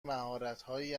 مهارتهایی